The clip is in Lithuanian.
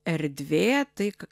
erdvė tai ką